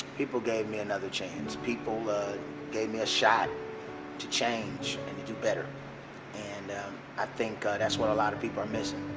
people gave me another chance. people gave me a shot to change and you do better and i think that's what a lot of people are missing,